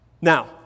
Now